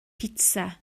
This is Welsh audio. pitsa